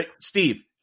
Steve